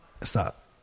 Stop